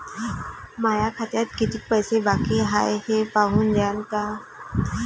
माया खात्यात कितीक पैसे बाकी हाय हे पाहून द्यान का?